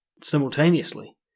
simultaneously